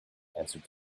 answered